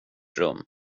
rum